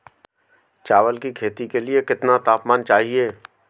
चावल की खेती के लिए कितना तापमान चाहिए?